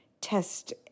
test